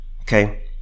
Okay